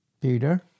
Peter